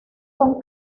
son